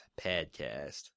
podcast